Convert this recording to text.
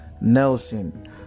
Nelson